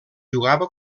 jugava